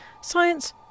Science